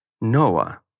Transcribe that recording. Noah